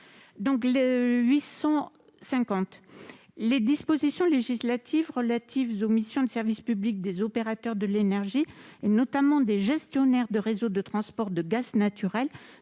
collègue. Les dispositions législatives relatives aux missions de service public des opérateurs de l'énergie, notamment des gestionnaires de réseaux de transport de gaz naturel,